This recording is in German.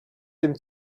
dem